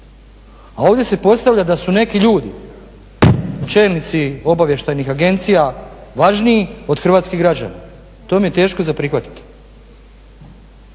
A ovdje se postavlja da su neki ljudi čelnici obavještajnih agencija važniji od hrvatskih građana i to mi je teško za prihvatiti.